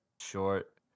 short